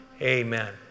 Amen